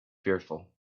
fearful